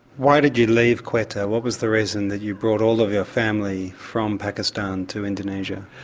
why did you leave quetta? what was the reason that you brought all of your family from pakistan to indonesia?